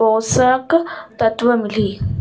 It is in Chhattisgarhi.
पोषक तत्व मिलही?